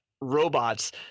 robots